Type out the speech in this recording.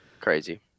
Crazy